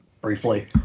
briefly